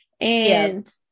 And-